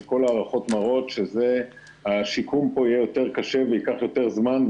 שכל ההערכות מראות שהשיקום יהיה יותר קשה והוא ייקח יותר זמן,